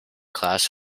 class